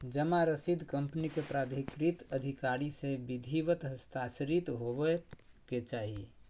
जमा रसीद कंपनी के प्राधिकृत अधिकारी से विधिवत हस्ताक्षरित होबय के चाही